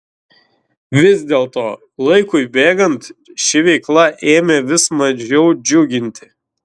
vis dėlto laikui bėgant ši veikla ėmė vis mažiau džiuginti